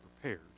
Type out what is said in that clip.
prepared